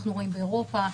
באירופה,